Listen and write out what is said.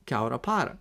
kiaurą parą